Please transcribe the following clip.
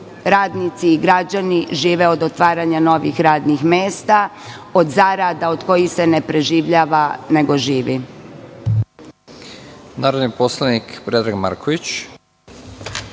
radnici i građani žive od otvaranja novih radnih mesta, od zarada od kojih se ne preživljava, nego živi.